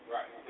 Right